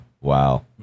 Wow